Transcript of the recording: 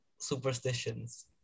superstitions